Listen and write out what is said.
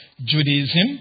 Judaism